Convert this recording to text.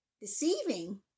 deceiving